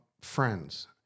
friends